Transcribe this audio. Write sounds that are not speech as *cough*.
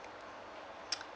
*noise*